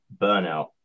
burnout